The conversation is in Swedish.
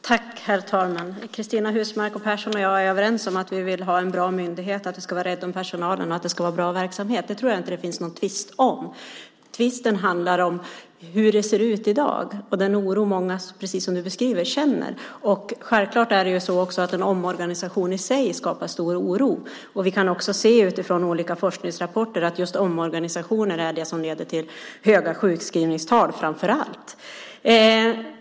Herr talman! Cristina Husmark Pehrsson och jag är överens om att vi vill ha en bra myndighet, att vi ska vara rädda om personalen och att det ska vara en bra verksamhet. Det tror jag inte att det finns någon tvist om. Tvisten handlar om hur det ser ut i dag och om den oro som många - precis som hon beskriver - känner. Självklart skapar också en omorganisation i sig stor oro. Vi kan utifrån olika forskningsrapporter se att just omorganisationer är det som framför allt leder till höga sjukskrivningstal.